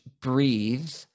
breathe